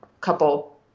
couple